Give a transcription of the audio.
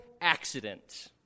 accident